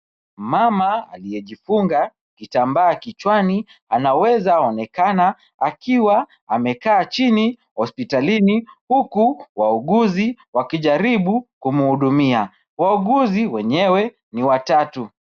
Mama aliyejifunga kitambaa kichwani anaweza onekana akiwa amekaa chini hospitalini huku wauguzi wakijaribu kumhudumia. Wauguzi wenyewe ni watatu.